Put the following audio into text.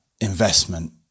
investment